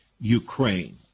Ukraine